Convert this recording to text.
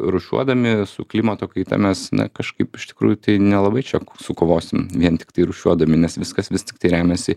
rūšiuodami su klimato kaita mes na kažkaip iš tikrųjų tai nelabai čia k sukovosim vien tiktai rūšiuodami nes viskas vis tiktai remiasi